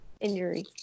injury